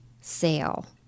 sale